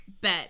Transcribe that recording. bet